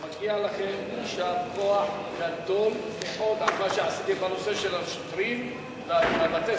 מגיע לכם יישר כוח גדול מאוד על מה שעשיתם בנושא של השוטרים והסוהרים,